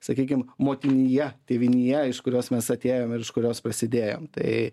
sakykim motinija tėvinija iš kurios mes atėjom ir iš kurios prasidėjom tai